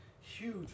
huge